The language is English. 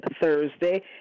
Thursday